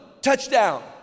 touchdown